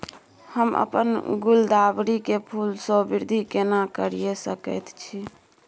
हम अपन गुलदाबरी के फूल सो वृद्धि केना करिये सकेत छी?